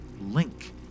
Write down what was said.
link